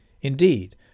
Indeed